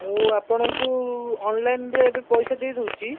ମୁଁ ଆପଣଙ୍କୁ ଅନ୍ଲାଇନ୍ରେ ଏବେ ପଇସା ଦେଇଦେଉଛି